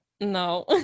No